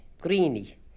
Greeny